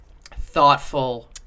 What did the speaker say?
thoughtful